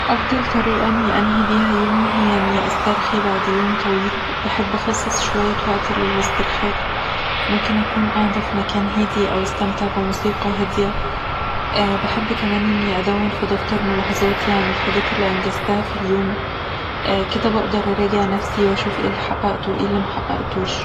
أفضل طريقة اني انهي بيها يوني هي اني أسترخي بعد يوم طويل، بحب أخصص شوية وقت للاسترخاء. ممكن أكون قاعد في مكان هادي أو أستمتع بموسيقى هادية، بحب كمان اني أدون في دفتر ملاحظاتي عن الحاجات اللي أنجزتها في اليوم. كده بقدر أراجع نفسي وأشوف إيه اللي حققته وايه اللي محققتوش